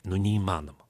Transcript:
nu neįmanoma